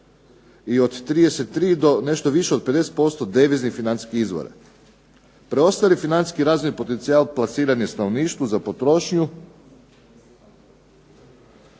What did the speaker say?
i od 33 do nešto više od 50% deviznih financijskih izvora. Preostali financijski razvojni potencijal plasiran je stanovništvu za potrošnju